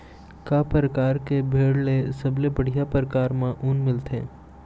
का परकार के भेड़ ले सबले बढ़िया परकार म ऊन मिलथे?